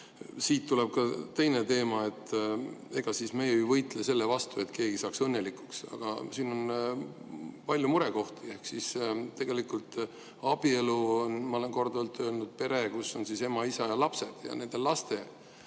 siit tuleb ka teine teema. Ega meie ei võitle selle vastu, et keegi saaks õnnelikuks, aga siin on palju murekohti. Tegelikult abielu on, nagu ma olen korduvalt öelnud, pere, kus on ema, isa ja lapsed. Ja nende laste